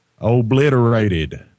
obliterated